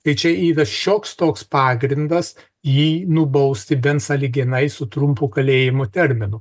tai čia yra šioks toks pagrindas jį nubausti bent sąlyginai su trumpu kalėjimų terminu